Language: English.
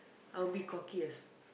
I will be cocky as